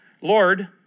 Lord